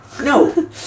No